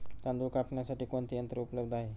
तांदूळ कापण्यासाठी कोणते यंत्र उपलब्ध आहे?